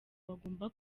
bagomba